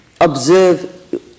observe